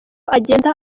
agenda